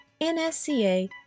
NSCA